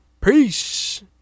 Peace